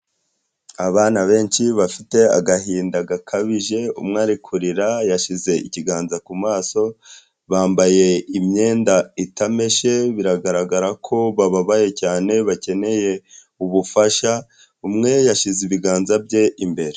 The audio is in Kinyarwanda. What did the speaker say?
Abana benshi bafite agahinda gakabije, umwe ari kurira yashyize ikiganza ku maso, bambaye imyenda itameshe biragaragara ko bababaye cyane bakeneye ubufasha, umwe yashyize ibiganza bye imbere.